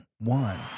one